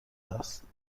است